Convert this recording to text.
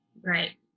Right